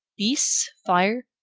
beasts, fire,